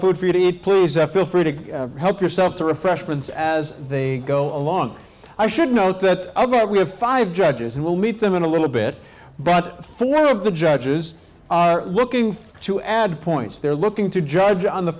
food for you to eat please f l free to help yourself to refreshments as they go along i should note that i've got we have five judges and we'll meet them in a little bit but for none of the judges are looking to add points they're looking to judge on the